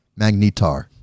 magnetar